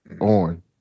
On